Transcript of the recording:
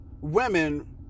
women